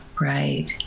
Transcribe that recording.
right